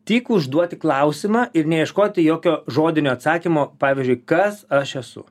tik užduoti klausimą ir neieškoti jokio žodinio atsakymo pavyzdžiui kas aš esu